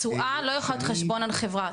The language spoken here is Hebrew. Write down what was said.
תשואה לא יכולה להיות על חשבון החברה.